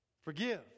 Forgive